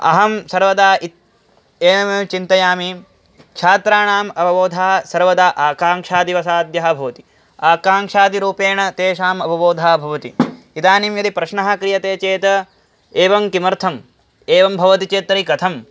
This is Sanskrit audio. अहं सर्वदा इत् एवमेव चिन्तयामि छात्राणाम् अवबोधनं सर्वदा आकाङ्क्षादिवसाद्यः भवति आकाङ्क्षादिरूपेण तेषाम् अवबोधनं भवति इदानीं यदि प्रश्नः क्रियते चेत् एवं किमर्थम् एवं भवति चेत् तर्हि कथम्